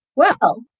well,